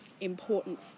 important